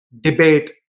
debate